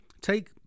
take